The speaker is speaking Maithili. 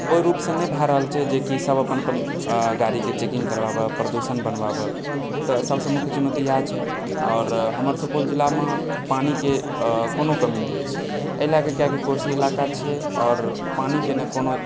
ओहि रुपसँ नहि भए रहल छै जेकि सब अपन अपन गाड़ीके चेकिङ्ग करबावै प्रदुषण बनबावै तऽ सबसॅं मुख्य चुनौती इएह छै आओर हमर सुपौल जिलामे पानिके कोनो कमी नहि अछि एहि लए कऽ कि कोशी इलाका छियै आओर पानिके नहि कोनो